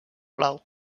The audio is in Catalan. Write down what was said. blau